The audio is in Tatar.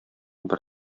бер